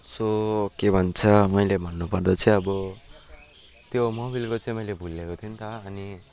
so के भन्छ मैले भन्नु पर्दा चाहिँ अब त्यो मोबिलको चाहिँ मैले भुलेको थिएँ नि त अनि